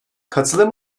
katılım